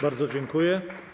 Bardzo dziękuję.